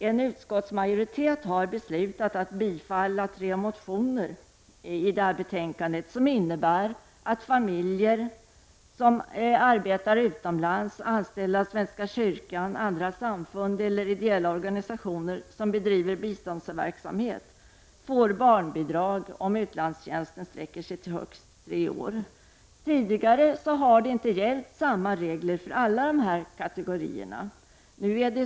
En utskottsmajoritet har beslutat att tillstyrka tre motioner i detta betänkande, vilket innebär att familjer som arbetar utomlands och är anställda av svenska kyrkan, andra samfund eller ideella organisationer som bedriver biståndsverksamhet får barnbidrag om utlandstjänsten sträcker sig över högst tre år. Tidigare har samma regler inte gällt för alla dessa kategorier.